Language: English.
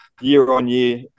year-on-year